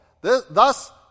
Thus